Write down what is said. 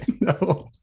No